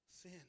sin